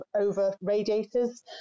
over-radiators